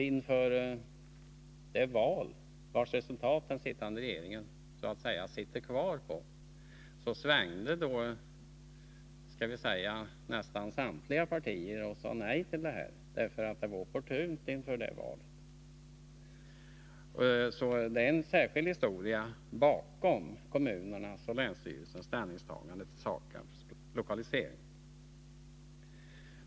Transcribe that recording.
Inför det val, vars resultat den sittande regeringen så att säga sitter kvar på, svängde nästan samtliga partier och sade nej till denna lokalisering, för det var opportunt inför det valet. Det är alltså en särskild historia bakom kommunernas och länsstyrelsens ställningstagande till lokaliseringen av SAKAB:s anläggning.